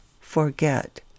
forget